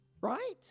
Right